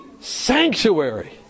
sanctuary